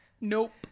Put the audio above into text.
Nope